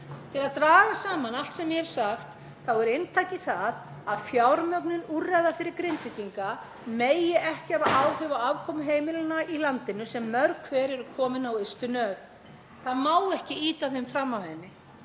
Til að draga saman allt sem ég hef sagt er inntakið það að fjármögnun úrræða fyrir Grindvíkinga megi ekki hafa áhrif á afkomu heimilanna í landinu sem mörg hver eru komin á ystu nöf. Það má ekki ýta þeim fram af henni.